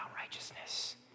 righteousness